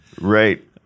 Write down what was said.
right